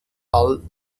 all